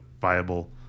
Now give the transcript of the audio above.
viable